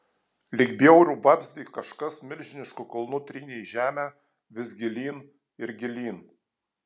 lyg bjaurų vabzdį kažkas milžinišku kulnu trynė į žemę vis gilyn ir gilyn